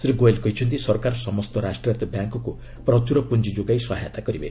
ଶ୍ରୀ ଗୋଏଲ୍ କହିଛନ୍ତି ସରକାର ସମସ୍ତ ରାଷ୍ଟ୍ରାୟତ୍ତ ବ୍ୟାଙ୍କ୍କୁ ପ୍ରଚୁର ପୁଞ୍ଜି ଯୋଗାଇ ସହାୟତା କରିବେ